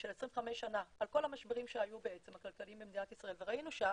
של 25 שנים על כל המשברים הכלכליים שהיו